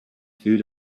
food